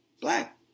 Black